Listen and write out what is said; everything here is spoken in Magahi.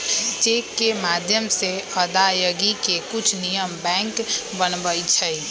चेक के माध्यम से अदायगी के कुछ नियम बैंक बनबई छई